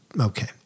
Okay